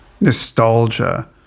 nostalgia